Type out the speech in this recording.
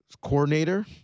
coordinator